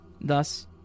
Thus